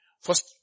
First